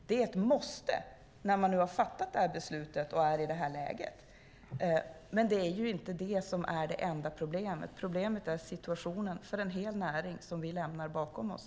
Det är ett måste när man nu har fattat det här beslutet och befinner sig i det här läget, men det är inte det som är det enda problemet. Problemet är situationen för en hel näring som vi lämnar bakom oss.